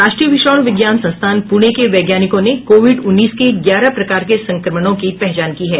राष्ट्रीय विषाणू विज्ञान संस्थान पूर्णे के वैज्ञानिकों ने कोविड उन्नीस के ग्यारह प्रकार के संक्रमणों की पहचान की है